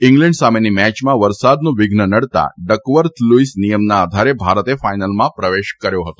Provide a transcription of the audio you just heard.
England સામેની મેયમાં વરસાદનું વિધ્ન નડતા ડકવર્થ લુઇસ નિયમના આધારે ભારતે ફાઇનલમાં પ્રવેશ કર્યો હતો